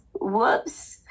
Whoops